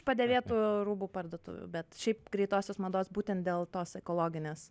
padėvėtų rūbų parduotuvių bet šiaip greitosios mados būtent dėl tos ekologinės